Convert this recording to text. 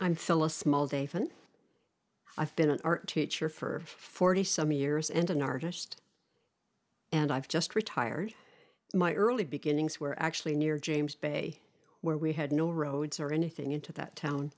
i'm still a small dave and i've been an art teacher for forty some years and an artist and i've just retired my early beginnings were actually near james bay where we had no roads or anything into that town